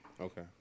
Okay